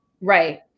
Right